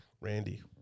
Randy